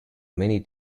many